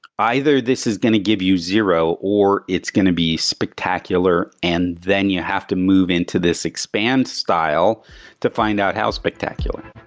either this is going to give you zero, or it's going to be spectacular and then you have to move into this expand style to find out how spectacular.